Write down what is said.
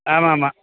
ஆமாம் ஆமாம்